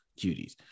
cuties